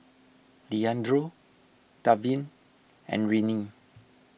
Leandro Davin and Rennie